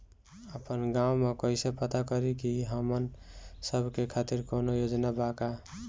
आपन गाँव म कइसे पता करि की हमन सब के खातिर कौनो योजना बा का?